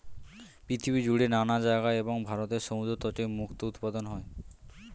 পৃথিবী জুড়ে নানা জায়গায় এবং ভারতের সমুদ্র তটে মুক্তো উৎপাদন হয়